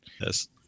Yes